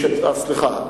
סליחה.